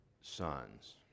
sons